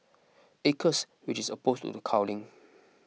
acres which is opposed to culling